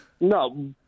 No